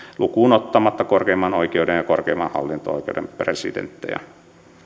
lukuun ottamatta korkeimman oikeuden ja korkeimman hallinto oikeuden presidenttejä